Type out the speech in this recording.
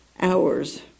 hours